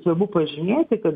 svarbu pažymėti kad